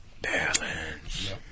Balance